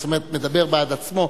זאת אומרת מדבר בעד עצמו,